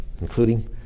including